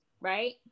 Right